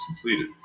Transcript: completed